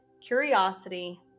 Curiosity